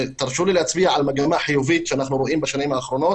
תרשו להצביע על מגמה חיובית שאנחנו רואים בשנים האחרונות